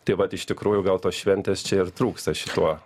tai vat iš tikrųjų gal tos šventės čia ir trūksta šituo